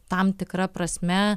tam tikra prasme